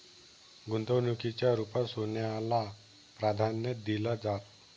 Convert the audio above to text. गुंतवणुकीच्या रुपात सोन्याला प्राधान्य दिलं जातं